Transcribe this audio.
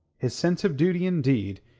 his sense of duty, indeed,